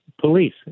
police